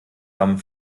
haben